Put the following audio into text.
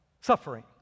suffering